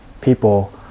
People